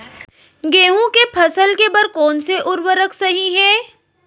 गेहूँ के फसल के बर कोन से उर्वरक सही है?